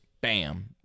Bam